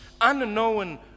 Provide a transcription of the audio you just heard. unknown